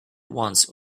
once